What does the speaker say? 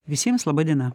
visiems laba diena